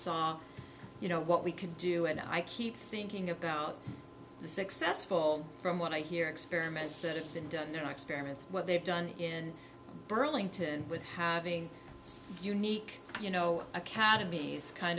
saw you know what we can do and i keep thinking about the successful from what i hear experiments that have been done there are experiments what they've done in burlington with having unique you know academies kind